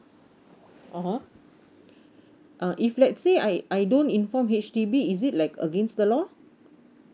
(uh huh) uh if let's say I I don't inform H_D_B is it like against the law